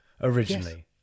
originally